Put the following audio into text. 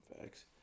Facts